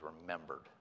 remembered